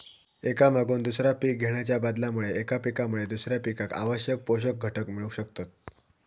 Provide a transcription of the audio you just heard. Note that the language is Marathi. एका मागून दुसरा पीक घेणाच्या बदलामुळे एका पिकामुळे दुसऱ्या पिकाक आवश्यक पोषक घटक मिळू शकतत